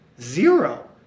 Zero